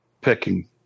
picking